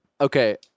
okay